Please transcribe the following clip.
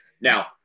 now